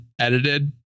edited